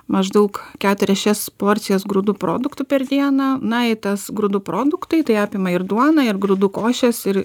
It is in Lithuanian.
maždaug keturias šias porcijas grūdų produktų per dieną na į tas grūdų produktai tai apima ir duoną ir grūdų košes ir